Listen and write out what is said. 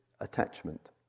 attachment